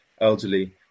Elderly